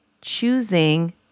choosing